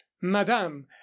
madame